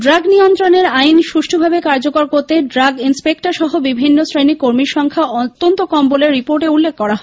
drug নিয়ন্ত্রণের আইন সৃষ্টভাবে কার্যকর করতে ড্রাগ ইন্সপেক্টর সহ বিভিন্ন শ্রেণীর কর্মীর সংখ্যা অত্যন্ত কম বলে রিপোর্টে উল্লেখ করা হয়েছে